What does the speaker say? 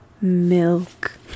milk